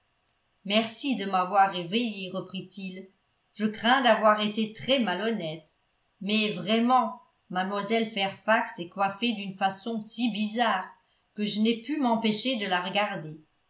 merci de m'avoir réveillé reprit-il je crains d'avoir été très malhonnête mais vraiment mlle fairfax est coiffée d'une façon si bizarre que je n'ai pu m'empêcher de la regarder